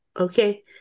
Okay